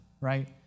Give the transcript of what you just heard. right